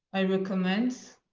i recommend